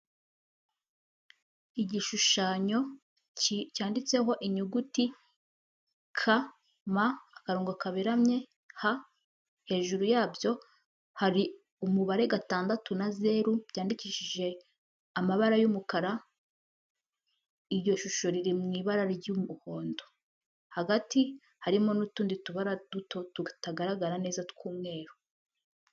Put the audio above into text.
Igishushanyo cyanditseho inyuguti k,m akango kaberamye h, hejuru yabyo hari umubare gatandatu na zeru byandikishije amabara y'umukara, iryo shusho riri mu ibara ry'umuhondo, hagati harimo n'utundi tubara duto tutagaragara neza tw'umweru.